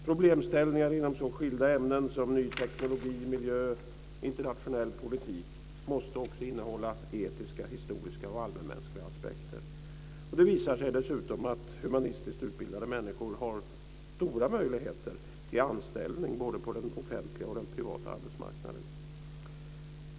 Problemställningar inom så skilda ämnen som ny teknologi, miljö och internationell politik måste också innehålla etiska, historiska och allmänmänskliga aspekter. Det visar sig dessutom att humanistiskt utbildade människor har stora möjligheter till anställning både på den offentliga arbetsmarknaden och den privata.